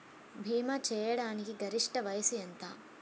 భీమా చేయాటానికి గరిష్ట వయస్సు ఎంత?